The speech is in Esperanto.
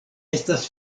estas